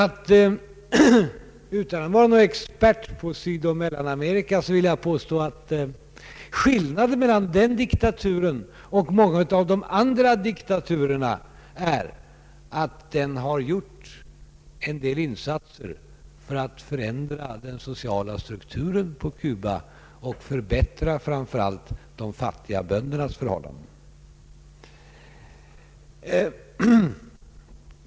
Utan att vara någon expert på Sydoch Mellanamerika vill jag påstå att skillnaden mellan den kubanska diktaturen och många av de andra diktaturerna är att den har gjort en del insatser för att förändra den sociala strukturen på Cuba och för att förbättra framför allt de fattiga böndernas förhållanden.